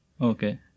Okay